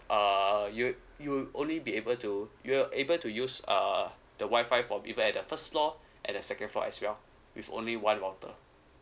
uh you you only be able to you're able to use uh the wifi for even at the first floor and the second floor as well with only one router